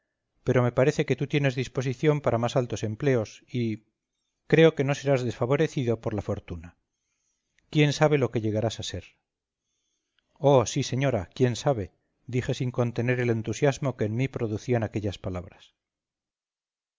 pero me parece que tú tienes disposición para más altos empleos y creo que no seras desfavorecido por la fortuna quién sabe lo que llegarás a ser oh sí señora quién sabe dije sin contener el entusiasmo que en mí producían aquellas palabras